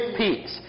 peace